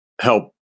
help